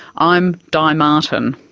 i'm di martin.